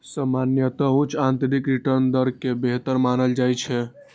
सामान्यतः उच्च आंतरिक रिटर्न दर कें बेहतर मानल जाइ छै